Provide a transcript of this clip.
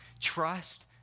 trust